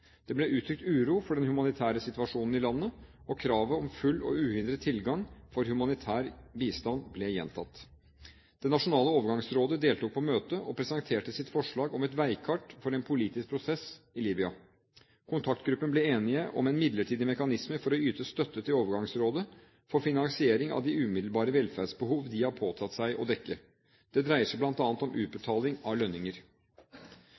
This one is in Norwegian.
Det ble uttrykt uro for den humanitære situasjonen i landet, og kravet om full og uhindret tilgang for humanitær bistand ble gjentatt. Det nasjonale overgangsrådet deltok på møtet og presenterte sitt forslag om et veikart for den politiske prosess i Libya. Kontaktgruppen ble enig om en midlertidig mekanisme for å yte støtte til overgangsrådet for finansiering av de umiddelbare velferdsbehov de har påtatt seg å dekke. Det dreier seg bl.a. om